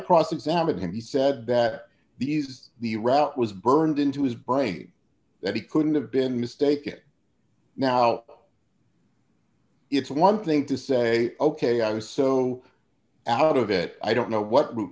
cross examine him he said that these the route was burned into his brain that he couldn't have been mistaken now it's one thing to say ok i was so out of it i don't know what route